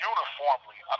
Uniformly